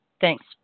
Thanks